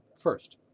first,